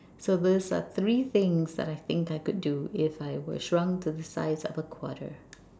so this are three things that I think I could do if I were shrunk to the size of a quarter